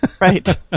Right